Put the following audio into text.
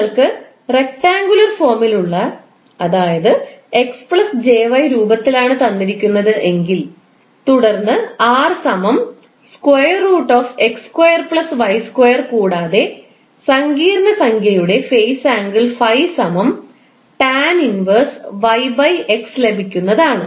നിങ്ങൾക്ക് റക്റ്റാങ്കുലർ ഫോമിലുള്ള അതായത് രൂപത്തിലാണ് തന്നിരിക്കുന്നത് എങ്കിൽ തുടർന്ന് കൂടാതെ സങ്കീർണ്ണ സംഖ്യയുടെ ഫേസ് ആംഗിൾ ∅ tan−1 ലഭിക്കുന്നതാണ്